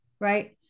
Right